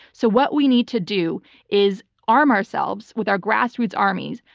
so what we need to do is arm ourselves with our grassroots armies,